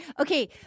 Okay